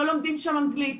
לא לומדים שם אנגלית,